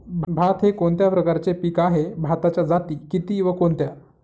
भात हे कोणत्या प्रकारचे पीक आहे? भाताच्या जाती किती व कोणत्या?